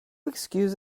excuse